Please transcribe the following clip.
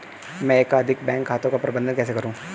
मैं एकाधिक बैंक खातों का प्रबंधन कैसे करूँ?